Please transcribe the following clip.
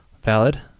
valid